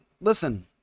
listen